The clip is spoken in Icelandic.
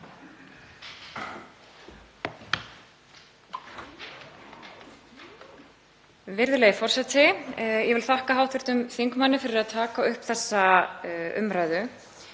Virðulegi forseti. Ég vil þakka hv. þingmanni fyrir að taka upp þessa umræðu.